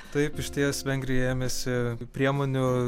taip išties vengrija ėmėsi priemonių